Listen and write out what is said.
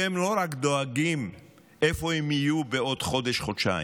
והם לא רק דואגים איפה הם יהיו בעוד חודש-חודשיים,